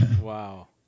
Wow